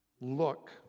look